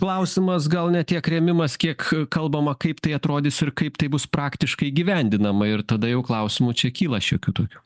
klausimas gal ne tiek rėmimas kiek kalbama kaip tai atrodys ir kaip tai bus praktiškai įgyvendinama ir tada jau klausimų čia kyla šiokių tokių